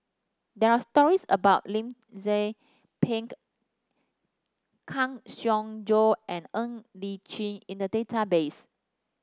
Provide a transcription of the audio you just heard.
there are stories about Lim Tze Peng Kang Siong Joo and Ng Li Chin in the database